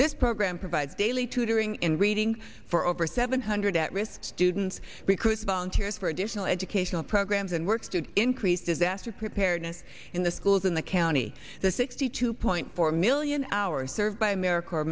this program provides daily tutoring in reading for over seven hundred at risk students recruits volunteers for additional educational programs and works to increase disaster preparedness in the schools in the county the sixty two point four million our third by americ